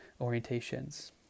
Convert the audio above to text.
orientations